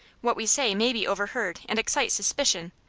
what we say may be overheard and excite suspicion.